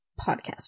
podcast